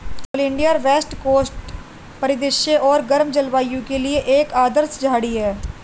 oleander west coast परिदृश्य और गर्म जलवायु के लिए एक आदर्श झाड़ी है